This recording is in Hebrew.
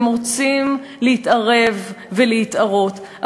אתם רוצים להתערב ולהתערות,